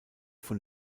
von